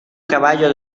caballo